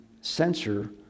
censor